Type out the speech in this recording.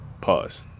Pause